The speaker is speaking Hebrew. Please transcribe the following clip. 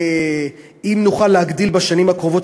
ואם נוכל להגדיל בשנים הקרובות,